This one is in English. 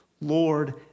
Lord